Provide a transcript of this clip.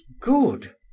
good